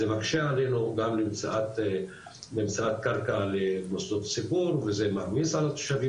זה מקשה עלינו גם במציאת קרקע למוסדות ציבור וזה מעמיס על התושבים,